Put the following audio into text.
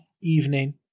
evening